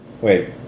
Wait